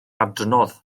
adnodd